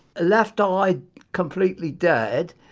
left eye completely dead,